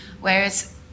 whereas